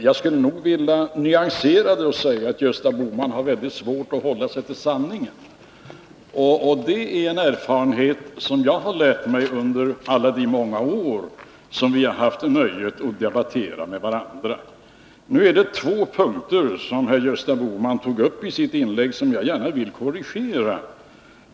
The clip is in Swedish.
Jag skulle nog vilja nyansera det och säga att Gösta Bohman har väldigt svårt att hålla sig till sanningen, och det är en erfarenhet jag har gjort under alla de många år som vi har haft nöjet att debattera med varandra. Nu är det två punkter som herr Gösta Bohman tog upp i sitt inlägg och som jag gärna vill korrigera.